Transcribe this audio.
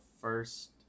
first